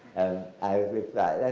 i reply.